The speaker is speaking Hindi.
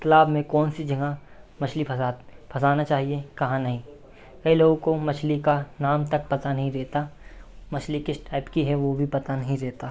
तालाब में कौन सी जगह मछली फँसा फँसाना चाहिए कहाँ नहीं कई लोगों को मछली का नाम तक पता नहीं रहता मछली किस टाइप की है वो भी पता नहीं रहता